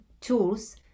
tools